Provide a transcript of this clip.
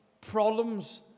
problems